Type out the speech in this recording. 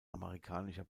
amerikanischer